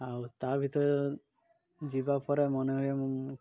ଆଉ ତା' ଭିତରେ ଯିବା ପରେ ମନେ ହୁଏ ମୁଁ